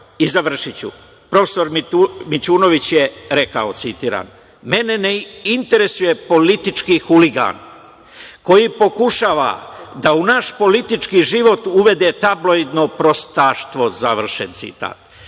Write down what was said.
Završiću, profesor Mićunović je rekao, citiram – mene ne interesuje politički huligan koji pokušava da u naš politički život uvede tabloidno prostaštvo, završen citat.O